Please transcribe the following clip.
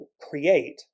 create